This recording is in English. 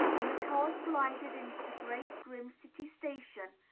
and the cars glided into the great, grim city-station,